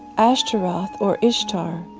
astaroth or ishtar,